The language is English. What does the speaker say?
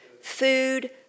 Food